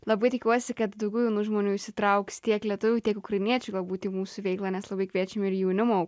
labai tikiuosi kad daugiau jaunų žmonių įsitrauks tiek lietuvių tiek ukrainiečių galbūt į mūsų veiklą nes labai kviečiame ir jaunimo